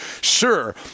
sure